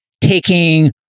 taking